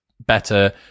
better